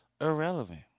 Irrelevant